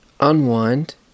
unwind